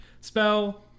spell